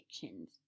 kitchens